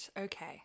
Okay